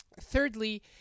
Thirdly